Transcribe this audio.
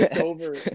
over